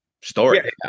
story